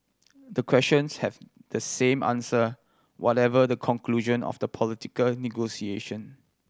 the questions have the same answer whatever the conclusion of the political negotiation